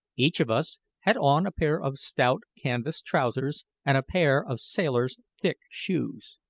each of us had on a pair of stout canvas trousers and a pair of sailors' thick shoes.